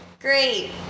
Great